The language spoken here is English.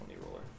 roller